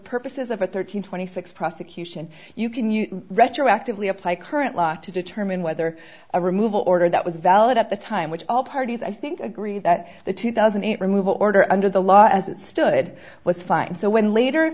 purposes of a thirteen twenty six prosecution you can you retroactively apply current law to determine whether a removal order that was valid at the time which all parties i think agree that the two thousand and three move order under the law as it stood was fine so when later